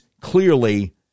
clearly